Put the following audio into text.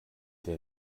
der